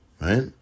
right